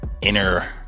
inner